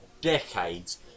decades